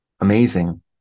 amazing